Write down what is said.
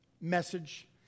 message